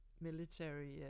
military